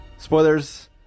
Spoilers